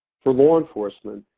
for law enforcement,